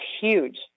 huge